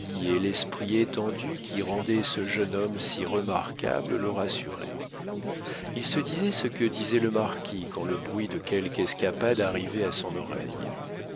et l'esprit étendu qui rendaient ce jeune homme si remarquable le rassuraient il se disait ce que disait le marquis quand le bruit de quelque escapade arrivait à son oreille